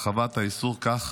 הרחבת האיסור כך